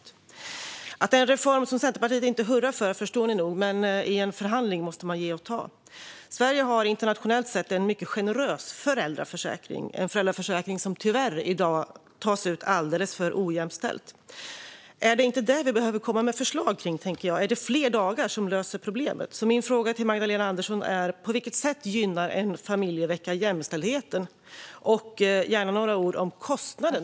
Ni förstår nog att detta är en reform som Centerpartiet inte hurrar för, men i en förhandling måste man ge och ta. Sverige har internationellt sett en mycket generös föräldraförsäkring - en föräldraförsäkring som tyvärr i dag tas ut alldeles för ojämställt. Är det inte detta vi behöver komma med förslag kring? Är det fler dagar som löser problemet? Min fråga till Magdalena Andersson är: På vilket sätt gynnar en familjevecka jämställdheten? Jag vill också gärna höra några ord om kostnaden.